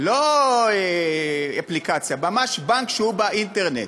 לא אפליקציה, ממש בנק שהוא באינטרנט.